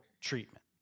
treatment